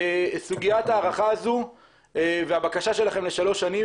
סוגיית ההארכה הזו והבקשה שלכם לשלוש שנים,